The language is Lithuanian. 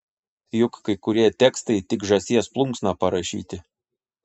juk kai kurie tekstai tik žąsies plunksna parašyti